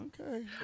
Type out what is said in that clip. Okay